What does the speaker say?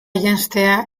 janztea